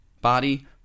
body